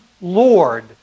Lord